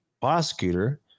prosecutor